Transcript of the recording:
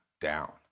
down